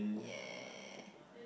yeah